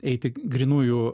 eiti grynųjų